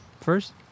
first